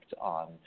on